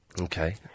Okay